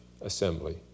assembly